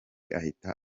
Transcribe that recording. ahita